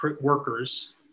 workers